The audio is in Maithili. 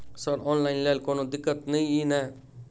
सर ऑनलाइन लैल कोनो दिक्कत न ई नै?